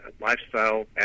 lifestyle